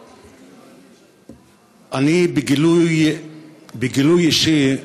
אני, בגילוי אישי,